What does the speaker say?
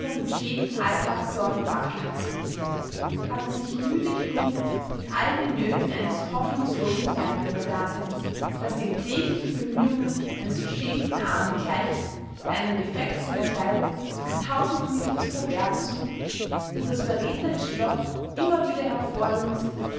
mit schäbigen alltagssorgen abgehaspelt hatte sich müde gerungen mit all den nöten eines hoffnungslosen kleinbürgerdaseins das den kläglichen bemühungen eines verschämten armen gleicht der einen defekt seiner kleidung mit tausend kniffen zu verbergen sucht und das verräterische loch immer wieder hervorlugen sieht